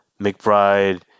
McBride